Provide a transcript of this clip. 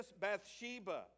Bathsheba